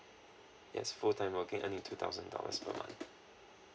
yes full time working I need two thousand dollars per month